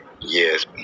Yes